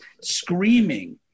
screaming